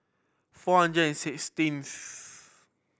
four hundred and sixteenth